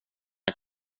jag